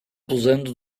posando